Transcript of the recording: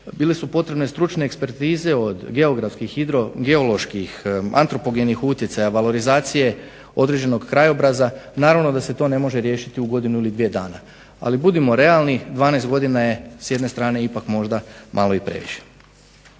bile su potrebne stručne ekspertize od hidrogeoloških antropogenih utjecaja valorizacije određenog krajobraza naravno da se to ne može riješiti u godinu ili dvije dana ali budimo realni, 12 godina je s jedne strane ipak malo previše.